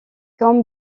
comme